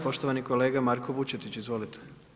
Poštovani kolega Marko Vučetić, izvolite.